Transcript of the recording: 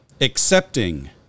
accepting